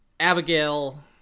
Abigail